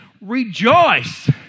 Rejoice